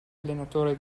allenatore